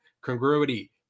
congruity